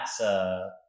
NASA